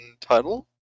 title